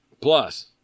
Plus